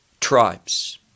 tribes